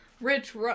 Rich